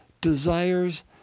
desires